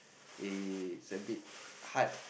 it's a bit hard